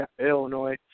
Illinois